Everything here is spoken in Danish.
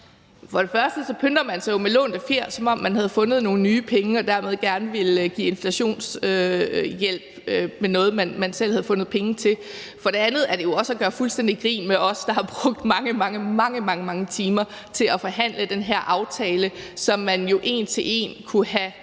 det første pynter man sig jo med lånte fjer, som om man havde fundet nogle nye penge og dermed gerne ville give inflationshjælp, man selv havde fundet penge til. For det andet er det jo også at gøre fuldstændig grin med os, der har brugt mange, mange timer på at forhandle den her aftale, som man jo en til en kunne have